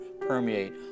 permeate